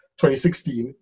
2016